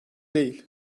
değil